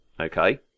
okay